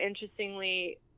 interestingly